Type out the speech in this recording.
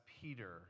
Peter